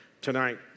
tonight